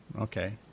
Okay